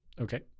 Okay